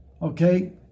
Okay